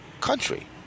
country